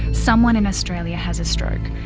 someone in australia has a stroke.